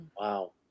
Wow